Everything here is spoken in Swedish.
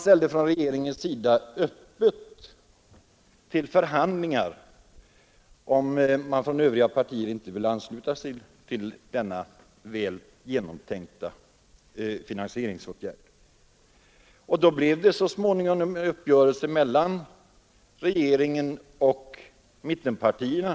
Därför inbjöd regeringen till förhandlingar om huruvida man från övriga partier kunde ansluta sig till denna väl genomtänkta finansiering eller inte. Och då träffades det så småningom en uppgörelse mellan regeringen och mittenpartierna.